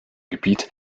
gebiet